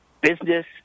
business